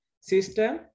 system